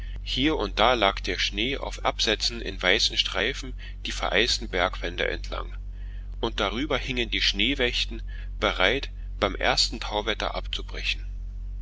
hier und da lag der schnee auf absätzen in weißen streifen die vereisten bergwände entlang und darüber hingen die schneewächten bereit beim ersten tauwetter abzubrechen